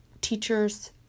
teachers